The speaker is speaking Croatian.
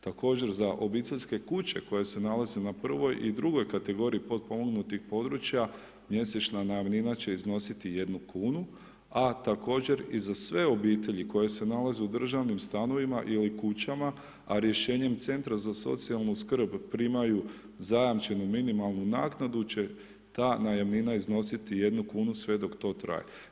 Također za obiteljske kuće koje se nalaze na prvoj i drugoj kategoriji potpomognutih područja, mjesečna najamnina će iznositi 1,00 kn, a također i za sve obitelji koje se nalaze u državnim stanovima ili kućama, a rješenjem Centra za socijalnu skrb primaju zajamčenu minimalnu naknadu će ta najamnina iznositi 1,00 kn sve dok to traje.